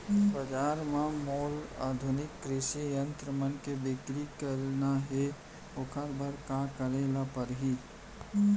बजार म मोला आधुनिक कृषि यंत्र मन के बिक्री करना हे ओखर बर का करे ल पड़ही?